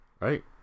Right